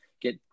get